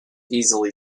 easily